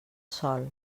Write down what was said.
sol